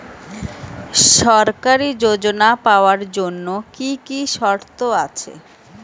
সরকারী যোজনা পাওয়ার জন্য কি কি শর্ত আছে?